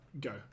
Go